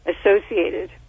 associated